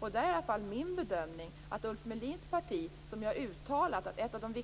Här är i alla fall min bedömning att Ulf Melins parti, som ju har uttalat att ett av de